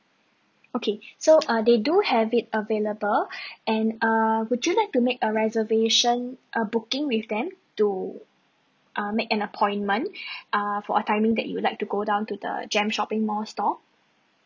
okay so uh they do have it available and err would you like to make a reservation a booking with them to uh make an appointment uh for a timing that you would like to go down to the JEM shopping mall store